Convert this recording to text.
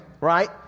right